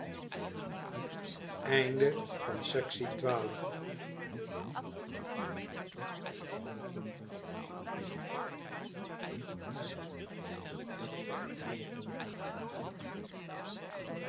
manier van zien